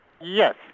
Yes